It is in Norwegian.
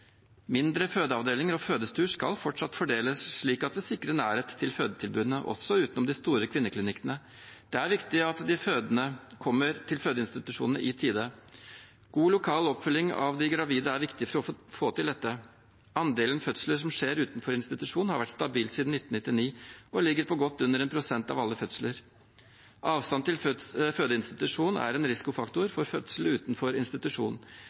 Mindre fødeavdelinger og fødestuer skal fortsatt fordeles slik at det sikrer nærhet til fødetilbudene også utenom de store kvinneklinikkene. Det er viktig at de fødende kommer til fødeinstitusjonene i tide. God lokal oppfølging av de gravide er viktig for å få dette til. Andelen fødsler som skjer utenfor institusjon, har vært stabil siden 1999 og ligger på godt under 1 pst. av alle fødsler. Avstand til fødeinstitusjon er en risikofaktor for fødsel utenfor institusjon,